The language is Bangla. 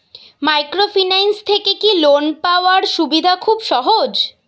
মাইক্রোফিন্যান্স থেকে কি লোন পাওয়ার সুবিধা খুব সহজ?